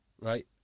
right